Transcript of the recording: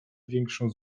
większą